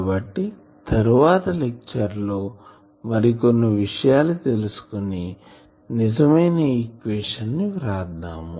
కాబట్టి తరువాత లెక్చర్ లో మరి కొన్ని విషయాలు తెలుసుకొని నిజమైన ఈక్వేషన్ ని వ్రాద్దాము